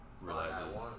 Realizes